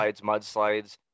mudslides